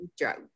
drugs